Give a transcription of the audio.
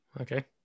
Okay